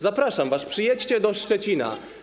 Zapraszam was, przyjedźcie do Szczecina.